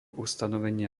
ustanovenia